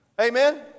Amen